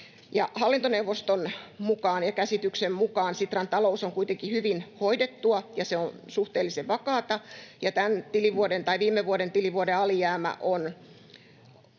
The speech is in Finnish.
Hallintoneuvoston käsityksen mukaan Sitran talous on kuitenkin hyvin hoidettua ja se on suhteellisen vakaata, ja viime vuoden, tilivuoden, alijäämä on